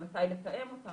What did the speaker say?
למתי לתאם אותם?